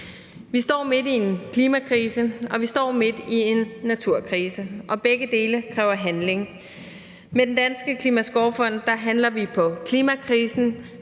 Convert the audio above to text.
Vi står midt i en klimakrise, og vi står midt i en naturkrise, og begge dele kræver handling. Med Den Danske Klimaskovfond handler vi på klimakrisen,